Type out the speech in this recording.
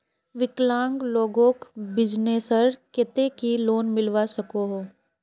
विकलांग लोगोक बिजनेसर केते की लोन मिलवा सकोहो?